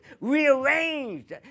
rearranged